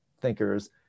thinkers